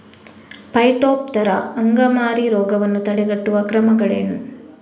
Phytophthora ಅಂಗಮಾರಿ ರೋಗವನ್ನು ತಡೆಗಟ್ಟುವ ಕ್ರಮಗಳೇನು?